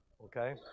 Okay